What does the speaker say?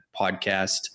podcast